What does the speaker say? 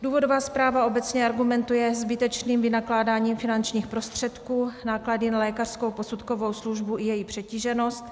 Důvodová zpráva argumentuje zbytečným vynakládáním finančních prostředků, náklady na lékařskou posudkovou službu i její přetíženost.